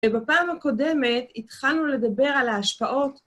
ובפעם הקודמת התחלנו לדבר על ההשפעות